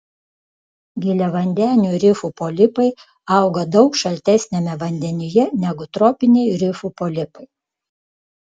giliavandenių rifų polipai auga daug šaltesniame vandenyje negu tropiniai rifų polipai